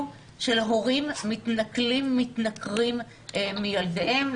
של הורים מתנכלים ומתנכרים לילדיהם.